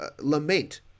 lament